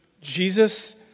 Jesus